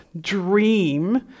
dream